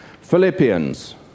Philippians